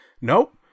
nope